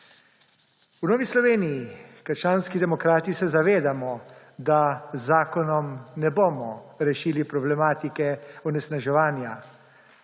V Novi Sloveniji − krščanski demokrati se zavedamo, da z zakonom ne bomo rešili problematike onesnaževanja,